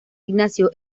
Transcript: ignacio